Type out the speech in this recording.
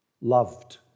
loved